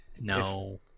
No